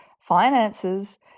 finances